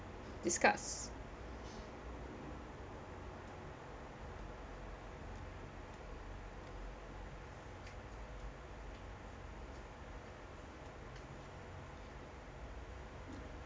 discuss